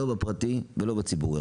לא בפרטי ולא בציבורי.